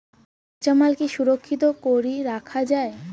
কাঁচামাল কি সংরক্ষিত করি রাখা যায়?